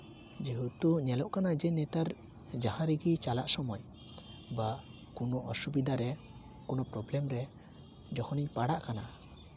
ᱡᱮᱦᱮᱛᱩ ᱧᱮᱞᱚᱜ ᱠᱟᱱᱟ ᱡᱮ ᱱᱮᱛᱟᱨ ᱡᱟᱦᱟᱸ ᱨᱮᱜᱮ ᱪᱟᱞᱟᱜ ᱥᱚᱢᱚᱭ ᱵᱟ ᱠᱳᱱᱳ ᱚᱥᱩᱵᱤᱫᱟ ᱨᱮ ᱠᱳᱱᱳ ᱯᱨᱚᱵᱞᱮᱢ ᱨᱮ ᱡᱚᱠᱷᱚᱱᱤᱧ ᱯᱟᱲᱟᱜ ᱠᱟᱱᱟ